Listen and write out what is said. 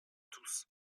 tous